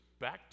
back